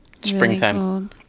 springtime